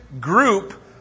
group